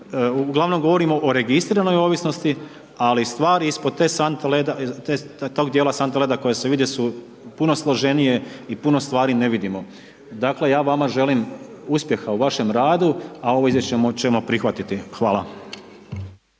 uglavnom govorimo o registriranoj ovisnosti ali stvari ispod te sante leda, tog dijela sante leda koje se vide su puno složenije i puno stvari ne vidimo. Dakle, ja vama želim uspjeha u vašem radu, a ovo izvješće ćemo prihvatiti. Hvala.